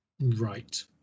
Right